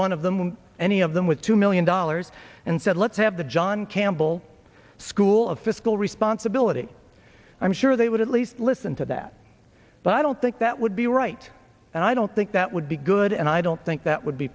one of them any of them with two million dollars and said let's have the john campbell school of fiscal responsibility i'm sure they would at least listen to that but i don't think that would be right and i don't think that would be good and i don't think that would be